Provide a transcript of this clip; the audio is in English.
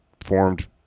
formed